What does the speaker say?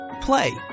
play